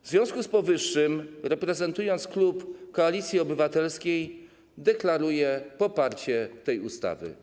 W związku z powyższym, reprezentując klub Koalicji Obywatelskiej, deklaruję poparcie tej ustawy.